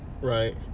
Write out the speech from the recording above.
right